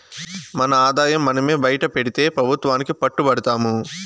మన ఆదాయం మనమే బైటపెడితే పెబుత్వానికి పట్టు బడతాము